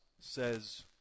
says